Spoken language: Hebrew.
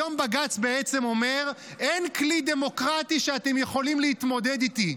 היום בג"ץ בעצם אומר: אין כלי דמוקרטי שאתם יכולים להתמודד איתי.